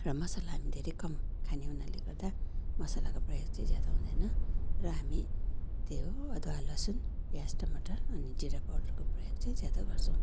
र मसला हामी धेरै कम खाने हुनाले गर्दा मसलाको प्रयोग चाहिँ ज्यादा हुँदैन र हामी त्यही हो अदुवा लसुन प्याज टमाटर अनि जिरा पाउडरको प्रयोग चाहिँ ज्यादा गर्छौँ